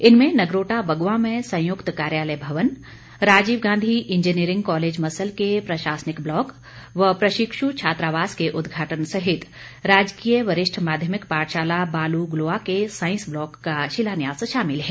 इनमें नगरोटा बगवां में संयुक्त कार्यालय भवन राजीव गांधी इंजीनियरिंग कॉलेज मस्सल के प्रशासनिक ब्लॉक व प्रशिक्षु छात्रावास के उद्घाटन सहित राजकीय वरिष्ठ माध्यमिक पाठशाला बालु गलोआ के साईंस ब्लॉक का शिलान्यास शामिल है